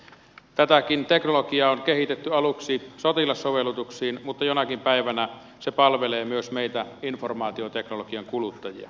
tätäkin teknologiaa on kehitetty aluksi sotilassovellutuksiin mutta jonakin päivänä se palvelee myös meitä informaatioteknologian kuluttajia